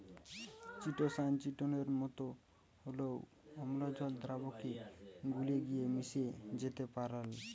chitosan চিটোনের মতো হলেও অম্লজল দ্রাবকে গুলে গিয়ে মিশে যেতে পারেল